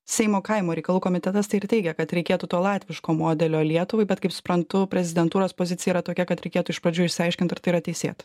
seimo kaimo reikalų komitetas tai ir teigia kad reikėtų to latviško modelio lietuvai bet kaip suprantu prezidentūros pozicija yra tokia kad reikėtų iš pradžių išsiaiškint ar tai yra teisėta